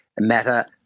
Meta